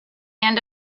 end